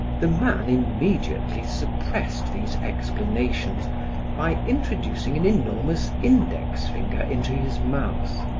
the man immediately suppressed these explanations by introducing an enormous index finger into his mouth.